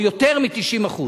או יותר מ-90%.